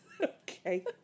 Okay